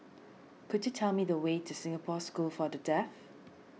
could you tell me the way to Singapore School for the Deaf